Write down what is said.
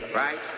right